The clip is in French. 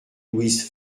louise